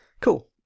Cool